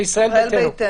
של ישראל ביתנו.